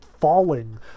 falling